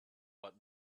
what